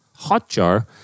Hotjar